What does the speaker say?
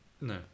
No